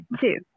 two